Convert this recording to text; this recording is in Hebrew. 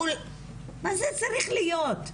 מה זה צריך להיות?